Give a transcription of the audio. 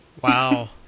Wow